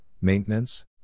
maintenance